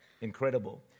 Incredible